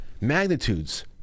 magnitudes